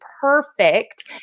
perfect